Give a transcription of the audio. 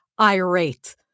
irate